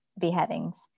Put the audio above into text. beheadings